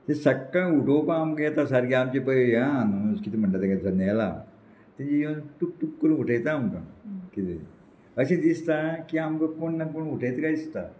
तीं सकाळीं उठोवपाक आमकां येता सारकीं आमचें पय हें आहा न्हू कितें म्हणटा तेका जनेलां तेजेर येवन टूक टूक करून उठयता आमकां किदें अशें दिसता की आमकां कोण ना कोण उठयता कांय दिसता